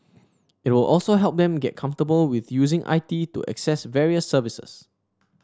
it will also help them get comfortable with using I T to access various services